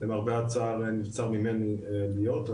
למרבה הצער נפצר ממנו להיות,